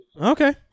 Okay